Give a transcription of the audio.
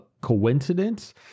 coincidence